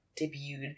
debuted